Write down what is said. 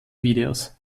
videos